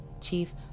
Chief